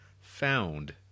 Found